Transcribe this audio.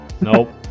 Nope